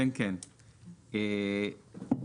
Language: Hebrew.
אוקי.